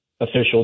official